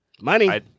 money